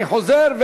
אני חוזר,